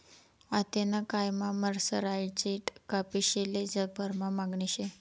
आतेना कायमा मर्सराईज्ड कपाशीले जगभरमा मागणी शे